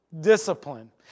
discipline